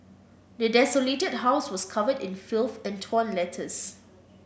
the desolated house was covered in filth and torn letters